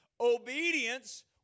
Obedience